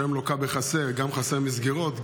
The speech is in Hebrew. שהיום לוקה בחסר: גם חסרות מסגרות,